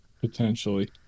Potentially